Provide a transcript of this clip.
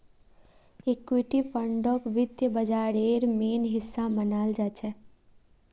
equity फंडक वित्त बाजारेर मेन हिस्सा मनाल जाछेक